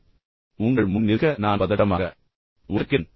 எனவே உங்கள் முன் நிற்க நான் மிகவும் பதட்டமாக உணர்கிறேன்